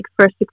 first